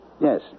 Yes